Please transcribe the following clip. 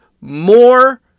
more